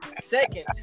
second